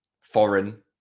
foreign